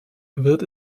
wird